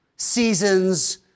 Seasons